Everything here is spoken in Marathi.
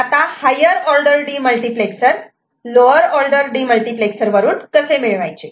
आता higher order demultiplexer lower order demultiplexer वरून कसे मिळवायचे